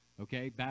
Okay